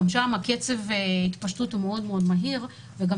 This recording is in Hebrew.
גם שם קצב ההתפשטות מאוד מאוד מהיר וגם